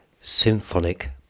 Symphonic